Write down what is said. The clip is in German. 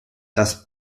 das